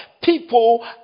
people